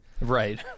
Right